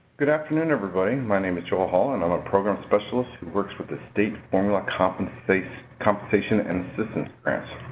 good afternoon, everybody. my name is joel hall and i'm a program specialist who works for the state's formula compensates compensation and assistance grants.